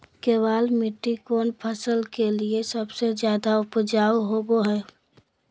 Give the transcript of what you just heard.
केबाल मिट्टी कौन फसल के लिए सबसे ज्यादा उपजाऊ होबो हय?